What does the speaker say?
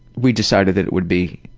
we decided that it would be